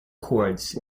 cords